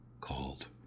called